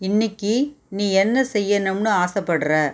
இன்னைக்கி நீ என்ன செய்யணும்னு ஆசைப்படுற